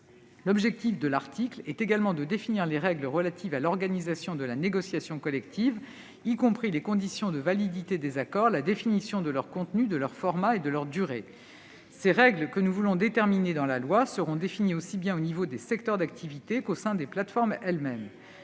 L'objectif de cet article est également de définir les règles relatives à l'organisation de la négociation collective, y compris les conditions de validité des accords, la définition de leur contenu, de leur format et de leur durée. Ces règles, que nous voulons fixer dans la loi, seront définies aussi bien au niveau du secteur d'activité qu'au sein des plateformes elles-mêmes,